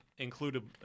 Included